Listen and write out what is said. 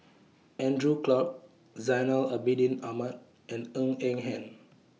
Andrew Clarke Zainal Abidin Ahmad and Ng Eng Hen